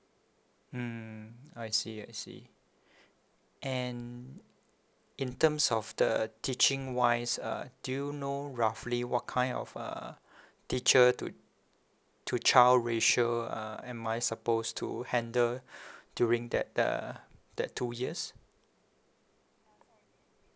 mm I see I see and in terms of the teaching wise uh do you know roughly what kind of uh teacher to to child ratio uh am I supposed to handle during that uh that two years